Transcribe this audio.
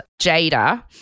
Jada